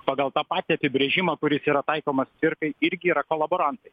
pagal tą patį apibrėžimą kuris yra taikomas ir irgi yra kolaborantai